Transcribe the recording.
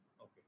Okay